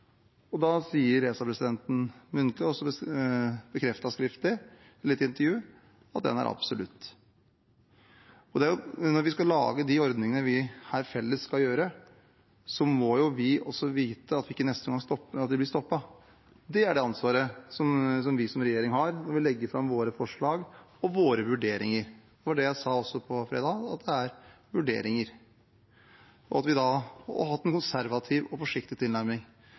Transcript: Da sa ESA-presidenten muntlig, og bekreftet skriftlig, i et lite intervju, at den er absolutt. Når vi felles skal lage de ordningene vi skal, må vi jo også vite at vi ikke blir stoppet i neste omgang. Det er ansvaret vi som regjering har når vi legger fram våre forslag og våre vurderinger. Det var det jeg sa også på fredag, at det er vurderinger, og at vi har hatt en konservativ og